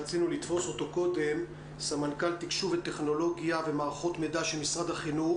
בטוח שנמצא פתרונות מקסימליים שיעזרו לצרכים של כולם.